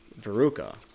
Veruca